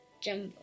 Jumbo